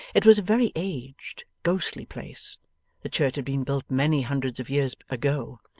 it was a very aged, ghostly place the church had been built many hundreds of years ago,